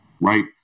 right